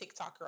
tiktoker